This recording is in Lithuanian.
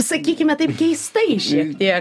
sakykime taip keistai šiek tiek